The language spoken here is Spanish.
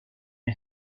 una